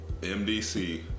MDC